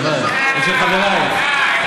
הלוואי, ושל חברייך.